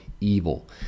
evil